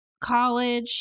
college